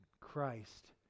Christ